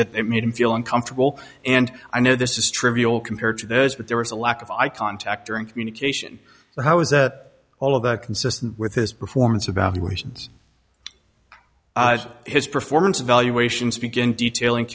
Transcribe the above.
that it made him feel uncomfortable and i know this is trivial compared to those but there was a lack of eye contact during communication how is that all of that consistent with his performance about what his performance evaluations begin detailing